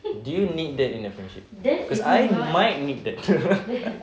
do you need that in a friendship cause I might need that